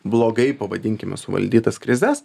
blogai pavadinkime suvaldytas krizes